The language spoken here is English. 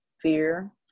fear